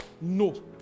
No